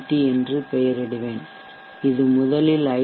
D என்று பெயரிடுவேன் இது முதலில் ஐ